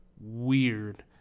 weird